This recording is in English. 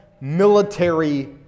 military